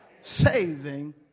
saving